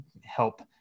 help